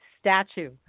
statue